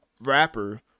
rapper